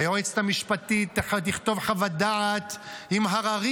והיועצת המשפטית תכתוב חוות דעת עם הררים